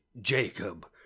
Jacob